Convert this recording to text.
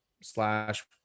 slash